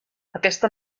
aquesta